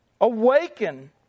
Awaken